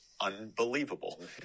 unbelievable